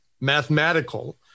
mathematical